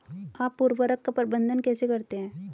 आप उर्वरक का प्रबंधन कैसे करते हैं?